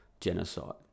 genocide